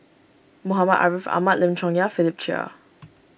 Muhammad Ariff Ahmad Lim Chong Yah and Philip Chia